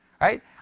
right